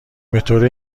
بطور